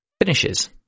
finishes